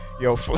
Yo